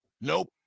Nope